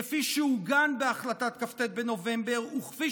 כפי שעוגן בהחלטת כ"ט בנובמבר וכפי